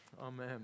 Amen